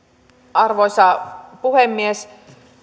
arvoisa puhemies